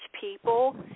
people